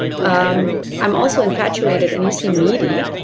um i'm also infatuated and you seem needy.